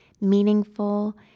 meaningful